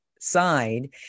side